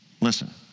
Listen